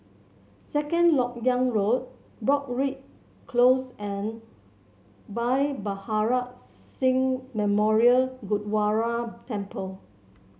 Second LoK Yang Road Broadrick Close and Bhai Maharaj Singh Memorial Gurdwara Temple